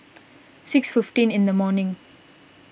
six fifteen in the morning